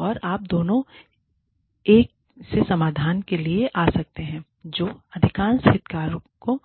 और आप दोनों एक ऐसे समाधान के लिए आ सकते हैं जो अधिकांश हितधारकों